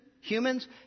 humans